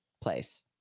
place